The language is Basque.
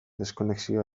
deskonexioa